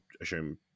assume